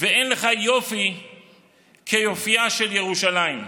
ואין לך יופי כיופייה של ירושלים.